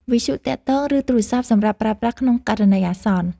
វិទ្យុទាក់ទង ឬទូរស័ព្ទសម្រាប់ប្រើប្រាស់ក្នុងករណីអាសន្ន។